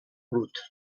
brut